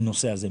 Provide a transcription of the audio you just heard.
הנושא הזה.